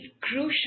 crucial